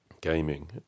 gaming